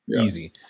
Easy